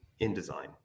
InDesign